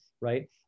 Right